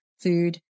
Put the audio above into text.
Food